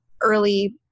early